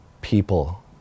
people